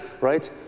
right